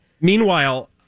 meanwhile